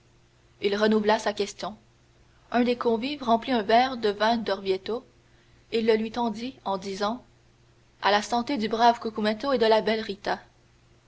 il renouvela sa question un des convives remplit un verre de vin d'orvieto et le lui tendit en disant à la santé du brave cucumetto et de la belle